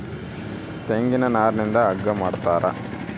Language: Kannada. ತೆಂಗಿನ ನಾರಿಂದ ಹಗ್ಗ ಮಾಡ್ತಾರ